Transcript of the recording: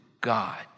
God